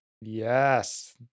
Yes